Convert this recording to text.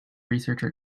researcher